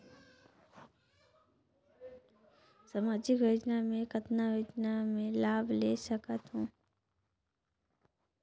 समाजिक योजना मे कतना योजना मे लाभ ले सकत हूं?